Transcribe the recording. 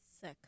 sick